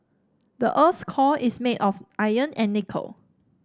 the earth's core is made of iron and nickel